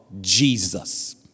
Jesus